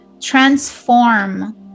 transform